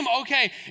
Okay